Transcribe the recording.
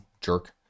Jerk